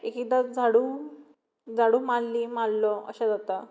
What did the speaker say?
एक एकदां जाडू मारली मारलो अशें जाता